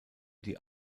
die